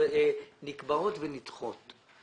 נקבעות ונדחות.